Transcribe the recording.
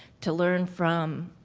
to learn from